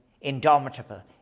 indomitable